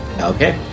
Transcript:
Okay